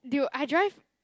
dude I drive